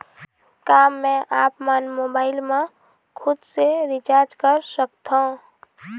का मैं आपमन मोबाइल मा खुद से रिचार्ज कर सकथों?